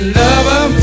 lover